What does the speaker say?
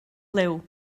liw